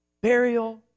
burial